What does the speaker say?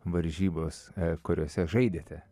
varžybos kuriose žaidėte